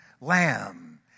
lamb